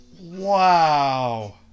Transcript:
Wow